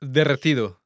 Derretido